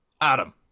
Adam